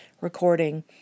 recording